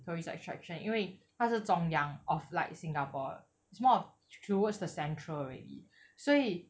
tourist attraction 因为他是中央 of like singapore is more towards the central already 所以